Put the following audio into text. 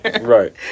Right